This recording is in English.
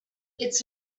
its